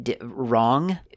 wrong